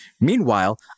Meanwhile